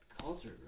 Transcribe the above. culture